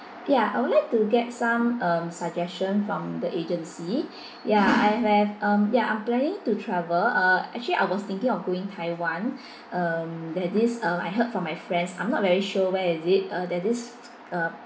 ya I would like to get some um suggestion from the agency ya I have um ya I'm planning to travel uh actually I was thinking of going taiwan um there this uh I heard from my friends I'm not very sure where is it uh there this uh